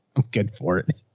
i'm good for it.